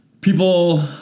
people